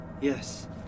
Yes